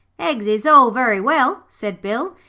eggs is all very well said bill,